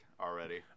already